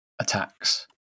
attacks